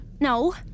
No